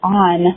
on